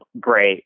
great